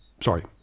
sorry